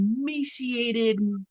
emaciated